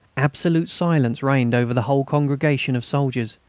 absolute silence reigned over the whole congregation of soldiers.